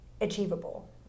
achievable